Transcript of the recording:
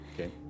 Okay